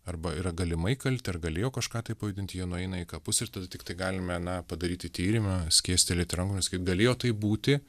arba yra galimai kalti ar galėjo kažką tai pajudint jie nueina į kapus ir tada tiktai galime na padaryti tyrimą skėstelėti rankomis kaip galėjo taip būti